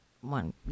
one